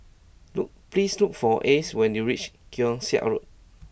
look please look for Ace when you reach Keong Saik Road